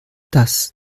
das